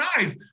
eyes